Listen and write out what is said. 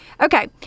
Okay